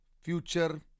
future